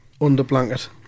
under-blanket